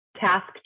task